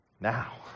now